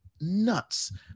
nuts